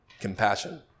compassion